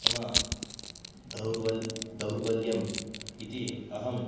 मम दौर्व दौर्बल्यम् इति अहम्